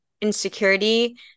insecurity